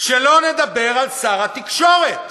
שלא לדבר על שר התקשורת,